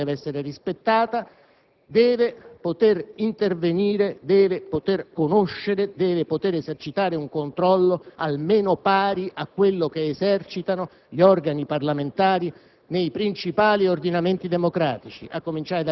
per la riservatezza che circonda i suoi lavori e che va rispettata, deve poter intervenire, deve poter conoscere, deve poter esercitare un controllo almeno pari a quello che esercitano gli organi parlamentari